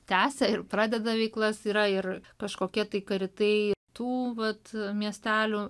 tęsia ir pradeda veiklas yra ir kažkokie tai karitai tų vat miestelių